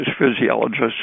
physiologists